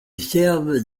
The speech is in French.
servent